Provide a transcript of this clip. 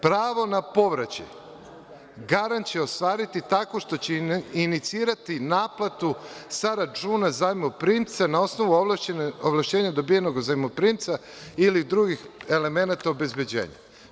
Pravo na povraćaj garant će ostvariti tako što će inicirati naplatu sa računa zajmoprimca na osnovu ovlašćenja dobijenog od zajmoprimca ili drugih elemenata obezbeđenja“